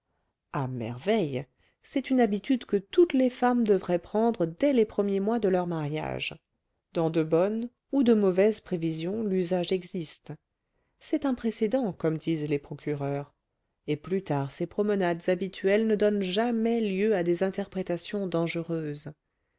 à merveille c'est une habitude que toutes les femmes devraient prendre dès les premiers mois de leur mariage dans de bonnes ou de mauvaises prévisions l'usage existe c'est un précédent comme disent les procureurs et plus tard ces promenades habituelles ne donnent jamais lieu à des interprétations dangereuses